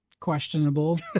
questionable